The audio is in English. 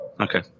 Okay